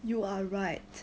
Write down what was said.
you are right